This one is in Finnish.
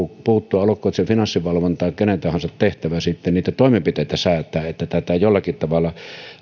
puuttua olkoon finanssivalvonta kenen tahansa tehtävä ja niitä toimenpiteitä säätää että tätä jollakin tavalla